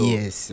Yes